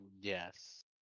Yes